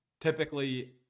typically